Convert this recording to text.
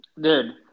Dude